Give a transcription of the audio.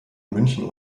münchen